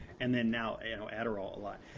and then now and adderall a lot.